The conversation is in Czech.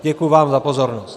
Děkuji vám za pozornost.